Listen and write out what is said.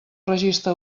registre